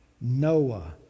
Noah